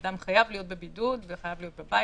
אדם חייב להיות בבידוד וחייב להיות בבית.